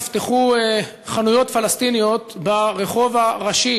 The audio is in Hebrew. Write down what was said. נפתחו חנויות פלסטיניות ברחוב הראשי